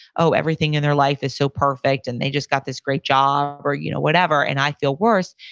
oh, everything in their life is so perfect, and they just got this great job or you know whatever, and i feel worse.